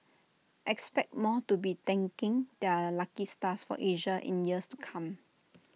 expect more to be thanking their lucky stars for Asia in years to come